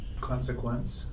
Consequence